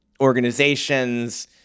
organizations